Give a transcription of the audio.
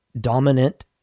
dominant